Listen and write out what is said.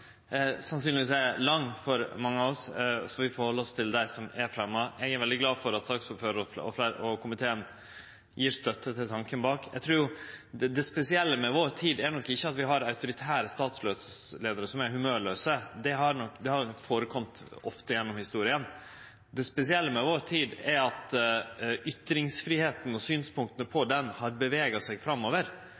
er sannsynlegvis lang for mange av oss, så vi får halde oss til dei som er fremja. Eg er veldig glad for at saksordføraren og komiteen gjev støtte til tanken bak. Eg trur ikkje det spesielle med vår tid er at vi har autoritære statsleiarar som er humørlause, det har nok hendt ofte gjennom historia. Det spesielle med vår tid er at ytringsfridomen og synspunkta på han har bevega seg framover,